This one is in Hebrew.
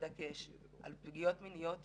בדגש על פגיעות מיניות רבות,